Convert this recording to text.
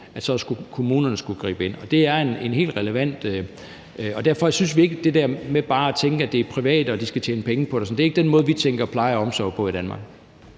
kommunen gribe ind. Og det er en helt relevant ting, og derfor synes vi ikke, at det der med bare at tænke, at det er private, og at de skal tjene penge på de, er den måde, vi tænker pleje og omsorg på i Danmark.